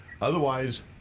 Otherwise